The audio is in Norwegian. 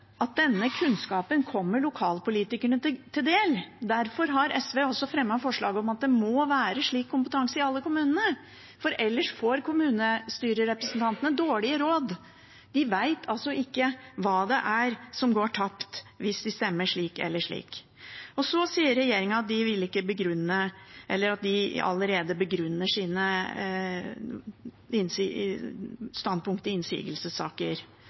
at denne kunnskapen kommer lokalpolitikerne til del. Derfor har SV fremmet forslag om at det må være en slik kompetanse i alle kommuner, ellers får kommunestyrerepresentantene dårlige råd. De vet altså ikke hva det er som går tapt hvis de stemmer slik eller slik. Regjeringen sier at de allerede begrunner sine standpunkter i innsigelsessaker.